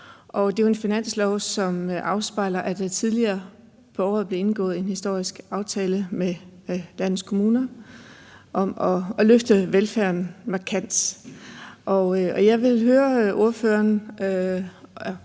Det er jo et finanslovsforslag, som afspejler, at der tidligere på året blev indgået en historisk aftale med landets kommuner om at løfte velfærden markant. Jeg vil høre ordføreren,